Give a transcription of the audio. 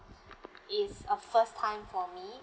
is a first time for me